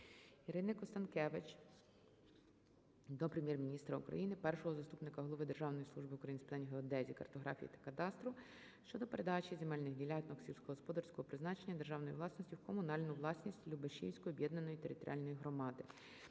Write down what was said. Ірини Констанкевич до Прем'єр-міністра України, першого заступника голови Державної служби України з питань геодезії, картографії та кадастру щодо передачі земельних ділянок сільськогосподарського призначення державної власності у комунальну власність Любешівської об'єднаної територіальної громади.